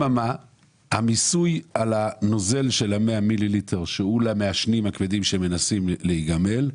המיסוי על הנוזל של ה-100 מיליליטר שהוא למעשנים הכבדים שמנסים להיגמל,